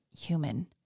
human